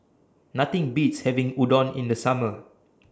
Nothing Beats having Udon in The Summer